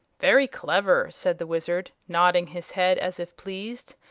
very clever, said the wizard, nodding his head as if pleased.